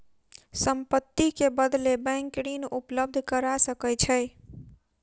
संपत्ति के बदले बैंक ऋण उपलब्ध करा सकै छै